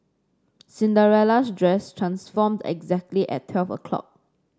Cinderella's dress transformed exactly at twelve o'clock